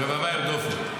"רבבה ירדפו".